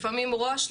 לפעמים ראש,